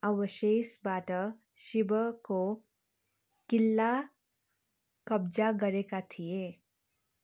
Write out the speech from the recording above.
अवशेषबाट शिवको किल्ला कब्जा गरेका थिए